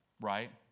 right